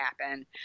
happen